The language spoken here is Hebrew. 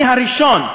אני הראשון,